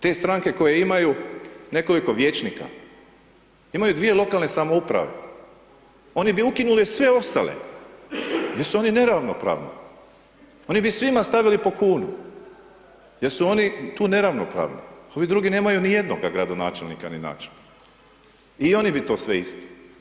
Te stranke koje imaju nekoliko vijećnika, imaju dvije lokalne samouprave, oni bi ukinule sve ostale, jer su oni neravnopravni, oni bi svima stavili po kunu, jer su oni tu neravnopravni, ovi drugi nemaju ni jednoga gradonačelnika ni načelnika, i oni bi to sve isto.